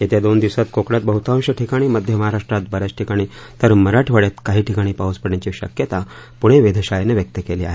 येत्या दोन दिवसात कोकणात बहतांश ठिकाणी मध्य महाराष्ट्रात ब याच ठिकाणी तर मराठवाड्यात काही ठिकाणी पाऊस पडण्याची शक्यता पुणे वेधशाळेनं व्यक्त केली आहे